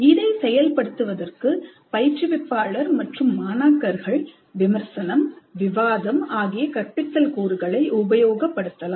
இதை செயல்படுத்துவதற்கு பயிற்றுவிப்பாளர் மற்றும் மாணாக்கர்கள் விமர்சனம்விவாதம் ஆகிய கற்பித்தல் கூறுகளை உபயோகப்படுத்தலாம்